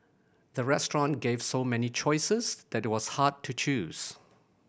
the restaurant gave so many choices that it was hard to choose